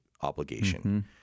obligation